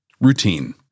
routine